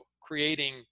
creating